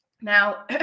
Now